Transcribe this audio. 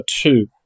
two